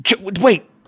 Wait